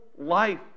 life